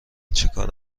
چیکاره